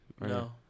No